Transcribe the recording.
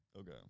Okay